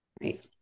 right